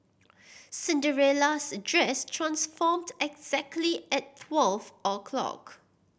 Cinderella's dress transformed exactly at twelve o'clock